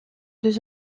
deux